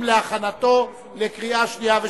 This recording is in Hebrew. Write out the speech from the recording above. להכנתה לקריאה שנייה ושלישית.